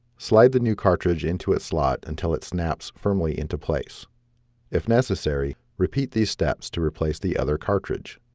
slide the new cartridge into a slot until it snaps firmly into place if necessary repeat these steps to replace the other cartridge